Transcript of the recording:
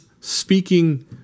speaking